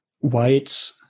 white